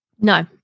No